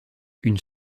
une